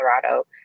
Colorado